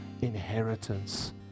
inheritance